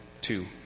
two